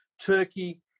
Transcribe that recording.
turkey